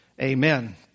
amen